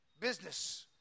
business